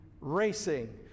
racing